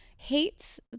hates